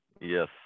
Yes